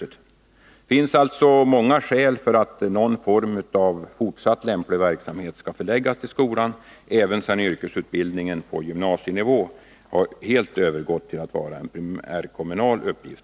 Det finns alltså många skäl för att någon lämplig fortsatt verksamhet skall förläggas till skolan även sedan yrkesutbildningen på gymnasienivå helt har övergått till att vara en primärkommunal uppgift.